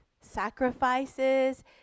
sacrifices